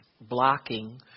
blocking